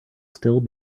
still